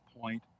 point